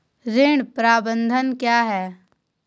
ऋण प्रबंधन क्या है?